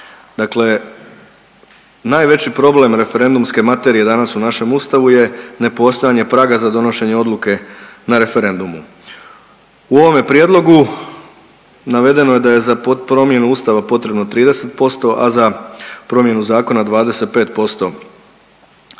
Dakle, najveći problem referendumske materije danas u našem Ustavu je nepostojanje praga za donošenje odluke na referendumu. U ovome prijedlogu navedeno je da je za promjenu Ustava potrebno 30%, a za promjenu zakona 25%